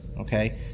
okay